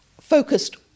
focused